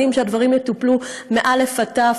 יודעים שהדברים יטופלו מאל"ף עד תי"ו,